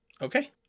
okay